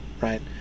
right